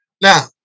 Now